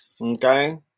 okay